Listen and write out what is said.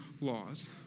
laws